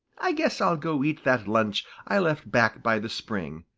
i guess i'll go eat that lunch i left back by the spring,